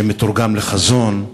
שמתורגם לחזון,